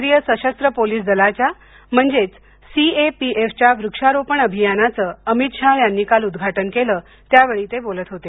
केंद्रीय सशस्त्र पोलीस दलाच्या म्हणजेच सीएपीएफ च्या वृक्षारोपण अभियानाचं अमित शहा यांनी काल उद्घाटन केलं त्यावेळी ते बोलत होते